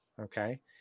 Okay